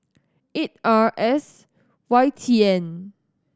eight R S Y T N